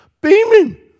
beaming